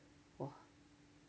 !wah!